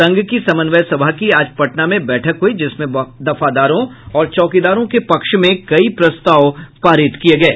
संघ की समन्वय सभा की आज पटना में बैठक हुई जिसमें दफादारों और चौकीदारों के पक्ष में कई प्रस्ताव पारित किये गये